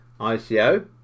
ICO